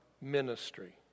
ministry